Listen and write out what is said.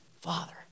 father